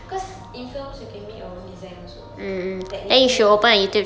cause in films you can make your own design also [what] technically